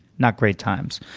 not great times.